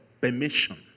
permission